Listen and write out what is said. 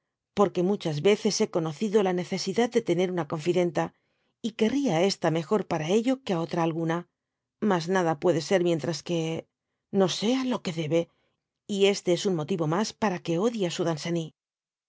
que muchas veces hé conocido la necesidad de tener una oonfídenta y querría á esta mejor para ello que á otra alguna mas nada puede ser mientras que no sea loque debe y este es un motivo mas para que odie á su danceny